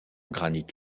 granit